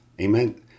Amen